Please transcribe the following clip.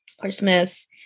Christmas